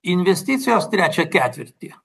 investicijos trečią ketvirtį